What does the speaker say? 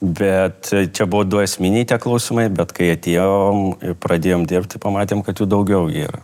bet čia buvo du esminiai klausimai bet kai atėjom pradėjom dirbt ir pamatėm kad jų daugiau yra